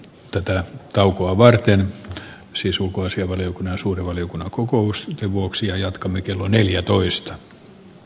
tuota joukkoa varten siis ulkoasianvaliokunnan suuren valiokunnan kokous minkä vuoksi ja jatkamme kello neljätoista